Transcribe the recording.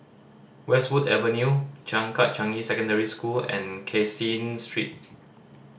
Westwood Avenue Changkat Changi Secondary School and Caseen Street